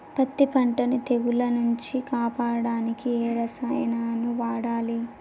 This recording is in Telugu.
పత్తి పంటని తెగుల నుంచి కాపాడడానికి ఏ రసాయనాలను వాడాలి?